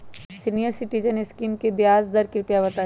senior citizen scheme के ब्याज दर कृपया बताईं